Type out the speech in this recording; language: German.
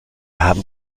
haben